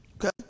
Okay